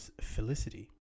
Felicity